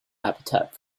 habitat